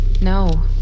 No